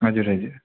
हजुर हजुर